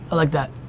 like that.